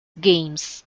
games